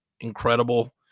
incredible